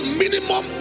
minimum